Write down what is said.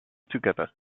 together